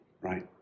right